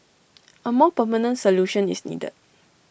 A more permanent solution is needed